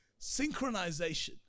Synchronization